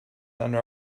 under